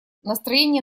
настроение